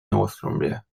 northumbria